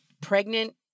pregnant